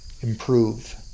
improve